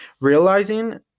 realizing